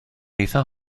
eithaf